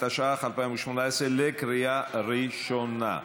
התשע"ח 2018, בקריאה ראשונה.